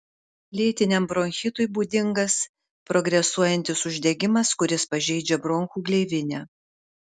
lėtiniam bronchitui būdingas progresuojantis uždegimas kuris pažeidžia bronchų gleivinę